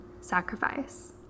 sacrifice